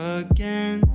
again